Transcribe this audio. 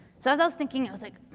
so, as i was thinking, i was like,